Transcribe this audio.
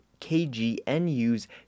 KGNU's